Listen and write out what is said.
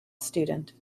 student